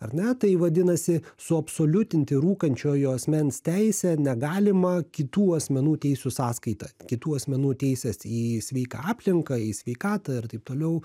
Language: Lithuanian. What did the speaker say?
ar ne tai vadinasi suabsoliutinti rūkančiojo asmens teisę negalima kitų asmenų teisių sąskaita kitų asmenų teises į sveiką aplinką į sveikatą ir taip toliau